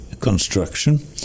construction